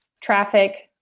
traffic